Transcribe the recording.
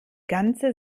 ganze